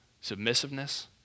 submissiveness